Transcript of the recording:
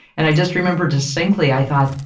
and i just remember distinctly i thought,